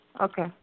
Okay